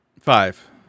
Five